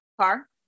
car